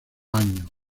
año